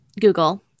Google